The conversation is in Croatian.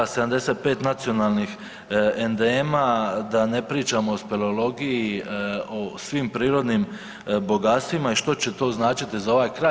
75 nacionalnih endema, da ne pričamo o speleologiji, o svim prirodnim bogatstvima i što će to značiti za ovaj kraj.